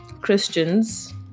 christians